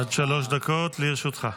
עד שלוש דקות לרשותך.